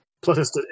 Plus